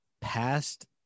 past